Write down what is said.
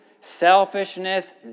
selfishness